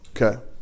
Okay